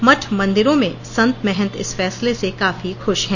मठ मंदिरों में संत महंत इस फैसले से काफी खूश है